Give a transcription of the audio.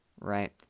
right